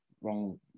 wrong